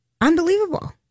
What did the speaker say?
Unbelievable